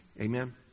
Amen